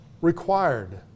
required